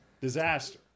disaster